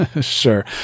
Sure